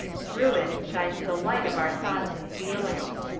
through it shines the light of our thoughts and feelings.